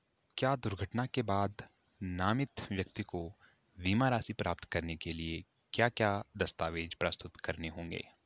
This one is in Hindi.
क्या दुर्घटना के बाद नामित व्यक्ति को बीमा राशि प्राप्त करने के लिए क्या क्या दस्तावेज़ प्रस्तुत करने होंगे?